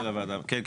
כן כן.